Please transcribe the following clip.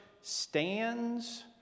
stands